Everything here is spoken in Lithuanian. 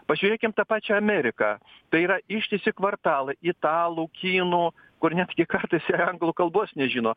pažiūrėkim tą pačią ameriką tai yra ištisi kvartalai italų kinų kur netgi kartais ir anglų kalbos nežino